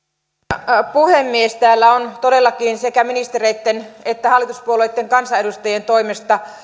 arvoisa puhemies täällä on todellakin sekä ministereitten että hallituspuolueitten kansanedustajien toimesta